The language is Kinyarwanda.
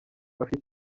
bafite